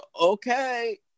Okay